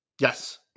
Yes